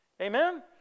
Amen